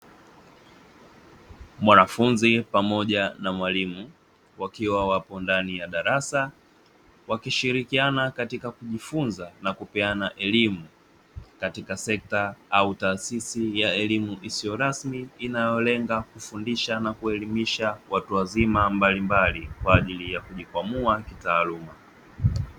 Mwanafumzi pamoja na mwalimu wakiwa wapo ndani ya darasa, wakishirikiana katila kujifunza na kupeana elimu katika sekta au taasisi ya elimu isio rasmi inayolenga kufundisha au kuelimisha watu wazima mbalimbali kwaajili ya kujikwamua kitaaluma.